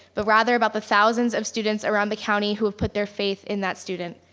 but rather about the thousands of students around the county who have put their faith in that student.